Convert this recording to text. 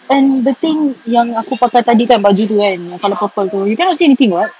and the thing yang aku pakai tadi kan baju tu kan yang colour purple you cannot see anything [what]